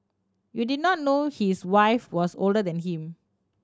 you did not know his wife was older than him